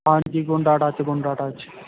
ਹਾਂਜੀ ਗੁੰਡਾ ਟੱਚ ਗੁੰਡਾ ਟੱਚ